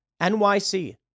NYC